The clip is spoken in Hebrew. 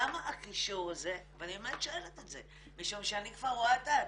למה הקישור הזה ואני באמת שואלת את זה משום שאני כבר רואה את העתיד,